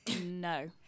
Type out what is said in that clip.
No